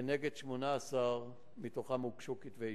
כנגד 18 מתוכם הוגשו כתבי-אישום.